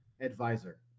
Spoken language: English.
advisor